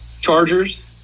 Chargers